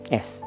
Yes